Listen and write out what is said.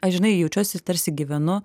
aš žinai jaučiuosi tarsi gyvenu